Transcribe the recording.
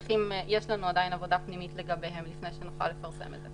יש לנו עדיין עבודה פנימית לגביהם לפני שנוכל לפרסם את זה.